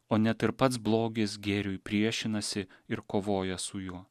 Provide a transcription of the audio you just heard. o net ir pats blogis gėriui priešinasi ir kovoja su juo